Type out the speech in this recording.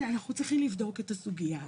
אנחנו צריכים לבדוק את הסוגיה הזאת.